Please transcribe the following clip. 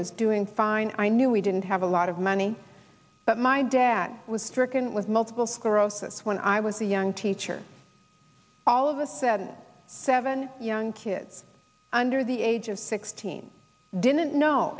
was doing fine i knew we didn't have a lot of money but my dad was stricken with multiple sclerosis when i was a young teacher all of a sudden seven young kids under the age of sixteen didn't know